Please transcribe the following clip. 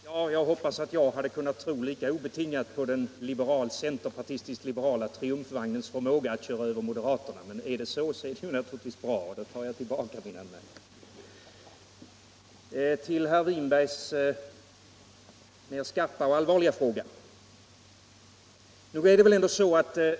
Herr talman! Jag önskar att jag hade kunnat tro lika obetingat på den centerpartistisk-liberala triumfvagnens förmåga att köra över moderaterna. Om det herr Sjöholm säger emellertid stämmer så är det ju bra, och då tar jag tillbaka min anmärkning. Med anledning av herr Winbergs mer skarpa och allvarliga fråga vill jag säga följande.